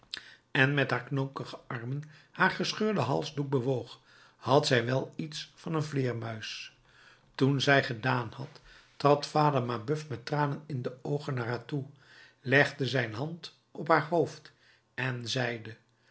en met haar knokige armen haar gescheurden halsdoek bewoog had zij wel iets van een vleermuis toen zij gedaan had trad vader mabeuf met tranen in de oogen naar haar toe legde zijn hand op haar hoofd en zeide